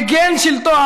הזה, המגן על שלטון,